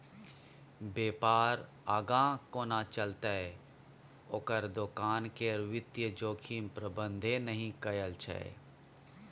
बेपार आगाँ कोना चलतै ओकर दोकान केर वित्तीय जोखिम प्रबंधने नहि कएल छै